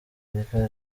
erica